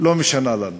לא משנה לנו